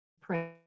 print